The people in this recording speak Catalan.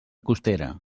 costera